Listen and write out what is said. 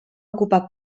ocupar